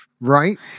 right